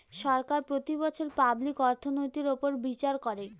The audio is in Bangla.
সরকার প্রতি বছর পাবলিক অর্থনৈতির উপর বিচার করে